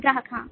ग्राहक हाँ